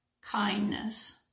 kindness